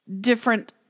different